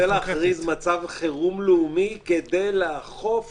הוא רוצה להכריז מצב חירום לאומי כדי לאכוף